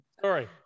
Sorry